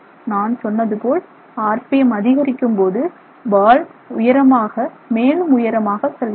நான் சொன்னதுபோல் ஆர்பிஎம் அதிகரிக்கும்போது பால் உயரமாக மேலும் உயரமாக செல்கிறது